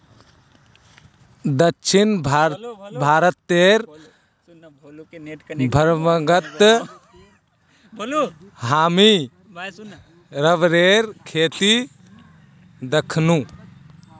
दक्षिण भारतेर भ्रमणत हामी रबरेर खेती दखनु